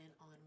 on